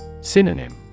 Synonym